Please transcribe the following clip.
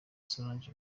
solange